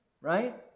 right